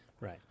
Right